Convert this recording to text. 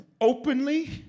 openly